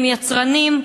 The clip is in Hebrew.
הם יצרנים,